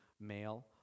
male